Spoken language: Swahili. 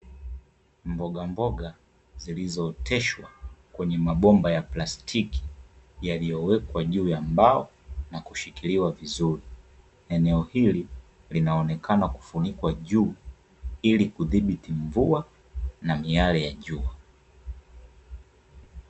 Mbogamboga zilizoteshwa kwenye mabomba ya plastiki yaliyowekwa juu ya mbao na kushikiliwa vizuri, eneo hili linaonekana kufunikwa juu ili kudhibiti mvua na miale ya jua.